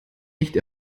nicht